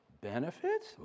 Benefits